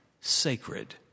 sacred